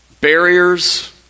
barriers